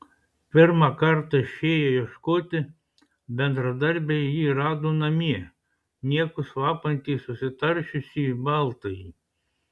pirmą kartą išėję ieškoti bendradarbiai jį rado namie niekus vapantį susitaršiusį baltąjį